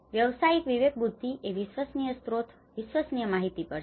વ્યાવસાયિક વિવેકબુદ્ધિ એ વિશ્વસનીય સ્રોત વિશ્વસનીય માહિતી પર છે